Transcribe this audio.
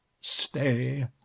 stay